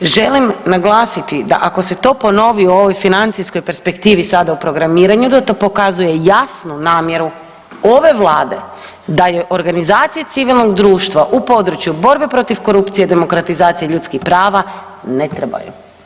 Želim naglasiti da ako se to ponovi u ovoj financijskoj perspektivi sada u programiranju, da to pokazuje jasnu namjeru ove Vlade da joj organizacije civilnog društva u području borbe protiv korupcije, demokratizacije i ljudskih prava ne trebaju.